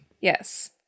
Yes